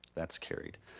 that's carried.